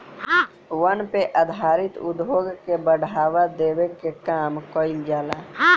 वन पे आधारित उद्योग के बढ़ावा देवे के काम कईल जाला